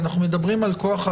אנחנו מדברים על כוח ההסמכה.